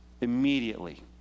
immediately